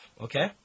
okay